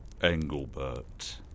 Engelbert